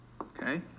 okay